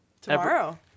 tomorrow